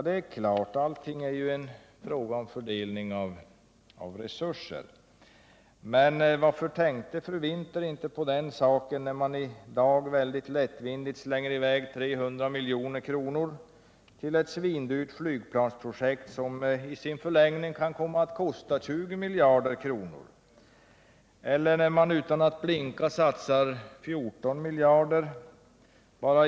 Det är klart att det alltid gäller att fördela resurser, men varför tänkte inte fru Winther på det när hon i dag var med om att lättvindigt slänga i väg 300 milj.kr. på ett svindyrt flygplansprojekt, som i sin förlängning kan komma att kosta 20 miljarder kr. Bara i år satsar man f. ö. 14 miljarder kr.